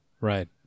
Right